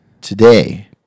today